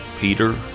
Peter